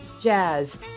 jazz